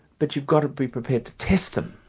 but you've got to be prepared to test them,